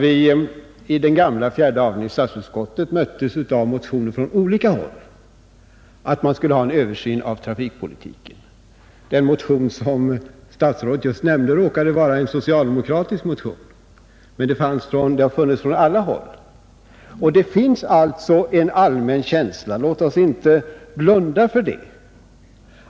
I den gamla fjärde avdelningen i statsutskottet fick vii motioner från olika håll framställningar om en översyn av trafikpolitiken. Den motion som statsrådet nämnde råkade vara socialdemokratisk, men liknande motioner har väckts från alla håll. Man har alltså allmänt en känsla av — låt oss inte blunda för det!